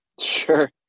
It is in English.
Sure